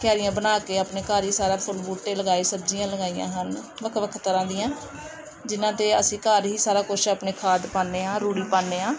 ਕਿਆਰੀਆਂ ਬਣਾ ਕੇ ਆਪਣੇ ਘਰ ਹੀ ਸਾਰਾ ਫੁੱਲ ਬੂਟੇ ਲਗਾਏ ਸਬਜ਼ੀਆਂ ਲਗਾਈਆਂ ਹਨ ਵੱਖ ਵੱਖ ਤਰ੍ਹਾਂ ਦੀਆਂ ਜਿਨ੍ਹਾਂ 'ਤੇ ਅਸੀਂ ਘਰ ਹੀ ਸਾਰਾ ਕੁਛ ਆਪਣੇ ਖਾਦ ਪਾਉਂਦੇ ਹਾਂ ਰੂੜੀ ਪਾਉਂਦੇ ਹਾਂ